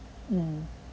mm